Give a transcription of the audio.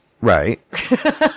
right